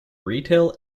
retail